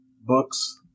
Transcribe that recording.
books